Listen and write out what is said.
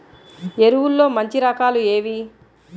ఎరువుల్లో మంచి రకాలు ఏవి?